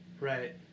Right